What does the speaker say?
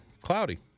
cloudy